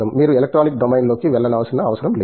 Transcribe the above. మీరు ఎలక్ట్రానిక్ డొమైన్లోకి వెళ్లవలసిన అవసరం లేదు